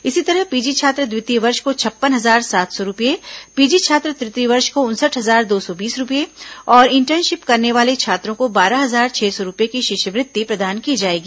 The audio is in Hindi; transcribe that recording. इसी तरह पीजी छात्र द्वितीय वर्ष को छप्पन हजार सात सौ रूपये पीजी छात्र तृतीय वर्ष को उनसठ हजार दो सौ बीस रूपये और इन्टर्नशिप करने वाले छात्रों को बारह हजार छह सौ रूपये की शिष्यवृत्ति प्रदान की जाएगी